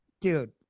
Dude